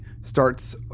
starts